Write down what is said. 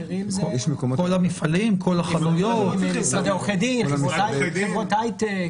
כל המפעלים, כל החנויות, משרדי עורכי דין, היי-טק.